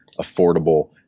affordable